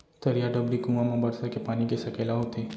तरिया, डबरी, कुँआ म बरसा के पानी के सकेला होथे